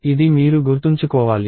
ఇది మీరు గుర్తుంచుకోవాలి